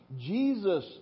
Jesus